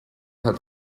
hat